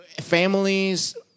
families